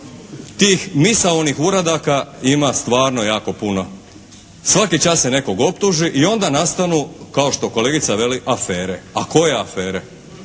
tih misaonih uradaka ima stvarno jako puno. Svaki čas se nekog optuži i onda nastanu kao što kolegica veli afere. A koje afere?